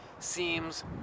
seems